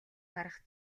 харах